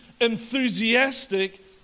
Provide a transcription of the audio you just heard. Enthusiastic